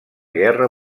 guerra